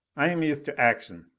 i am used to action.